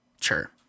Sure